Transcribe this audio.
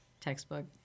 textbook